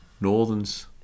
Northerns